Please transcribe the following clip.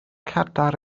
cadair